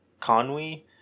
Conwy